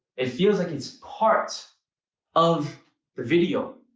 it feels like it's part of the video.